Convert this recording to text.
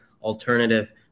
alternative